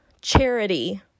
charity